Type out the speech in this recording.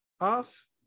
off